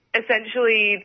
essentially